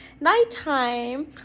nighttime